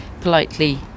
politely